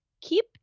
keep